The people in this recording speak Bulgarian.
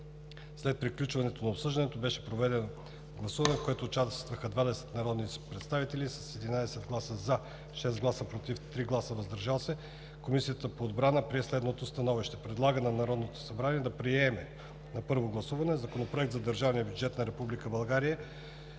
След приключването на обсъждането беше проведено гласуване, в което участваха 20 народни представители, и с 11 гласа „за“, 6 гласа „против“ и 3 „въздържал се“ Комисията по отбрана прие следното становище: Предлага на Народното събрание да приеме на първо гласуване Законопроект за държавния бюджет на Република България